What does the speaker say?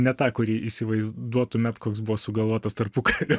ne tą kurį įsivaizduotumėt koks buvo sugalvotas tarpukario